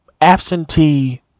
absentee